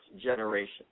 generation